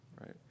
right